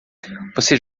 você